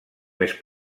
més